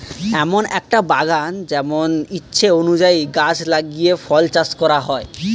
এমন একটা বাগান যেমন ইচ্ছে অনুযায়ী গাছ লাগিয়ে ফল চাষ করা হয়